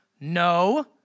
no